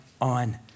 on